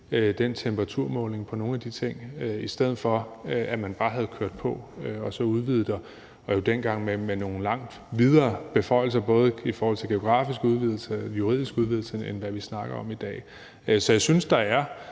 den temperaturmåling på nogle af de ting, i stedet for at man bare havde kørt på og så udvidet med nogle langt videre beføjelser, både i forhold til geografisk udvidelse og juridiske udvidelse, end hvad vi snakker om i dag. Så jeg synes, at der er